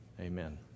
amen